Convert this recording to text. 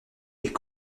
est